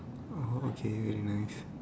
orh okay very nice